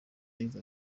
yagize